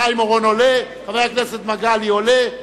חיים אורון עולה וחבר הכנסת מגלי והבה עולה,